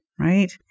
right